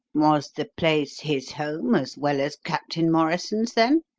was the place his home, as well as captain morrison's, then?